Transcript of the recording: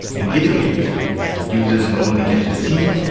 in videogames users not only get to see,